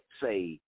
say –